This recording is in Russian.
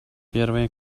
первая